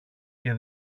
και